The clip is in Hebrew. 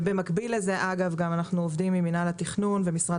במקביל לזה אנחנו גם עובדים עם מינהל התכנון ועם משרד